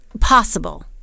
possible